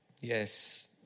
Yes